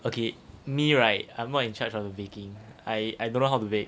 okay me right I'm not in charge of the baking I I don't know how to bake